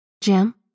Jim